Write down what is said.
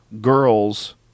girls